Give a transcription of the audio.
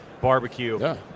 barbecue